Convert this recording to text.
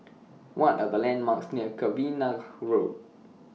What Are The landmarks near Cavenagh Road